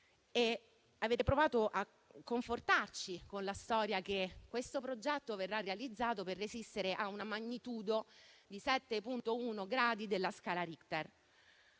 avete provato a confortarci con la storia che questo progetto verrà realizzato per resistere a una magnitudo di 7.1 gradi della scala Richter.